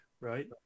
right